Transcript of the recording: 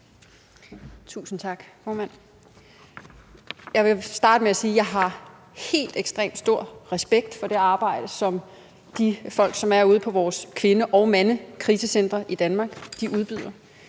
Tusind tak, formand. Jeg vil starte med at sige, at jeg har helt ekstremt stor respekt for det arbejde, som de folk, som er ude på vores kvinde- og mandekrisecentre i Danmark, udfører.